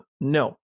No